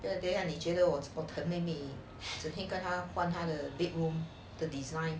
等下你觉得我整天跟他换他的 bedroom the design